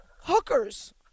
hookers